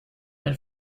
ein